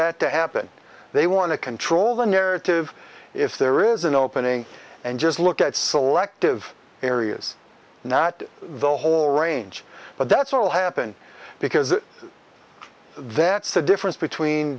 that to happen they want to control the narrative if there is an opening and just look at selective areas not the whole range but that's what'll happen because it that's the difference between